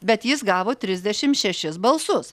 bet jis gavo trisdešim šešis balsus